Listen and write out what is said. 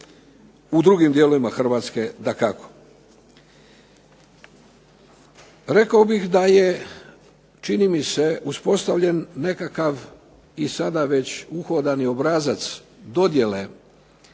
u drugim dijelovima Hrvatske dakako. Rekao bih da je čini mi se uspostavljen nekakav i sada već uhodani obrazac dodjele poslova